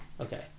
Okay